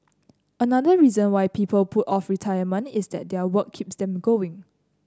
another reason why people put off retirement is that their work keeps them going